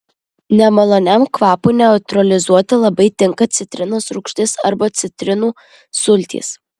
nemaloniam kvapui neutralizuoti labai tinka citrinos rūgštis arba citrinų sultys